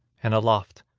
and aloft,